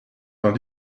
vingt